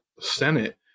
Senate